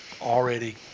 already